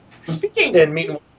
Speaking